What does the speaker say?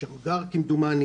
כמדומני שמגר,